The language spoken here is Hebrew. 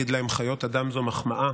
לקרוא להם חיות אדם זו מחמאה,